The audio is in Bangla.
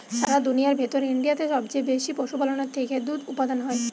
সারা দুনিয়ার ভেতর ইন্ডিয়াতে সবচে বেশি পশুপালনের থেকে দুধ উপাদান হয়